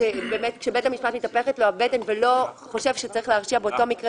ושבית המשפט מתהפכת לו הבטן והוא לא חושב שצריך להרשיע באותו מקרה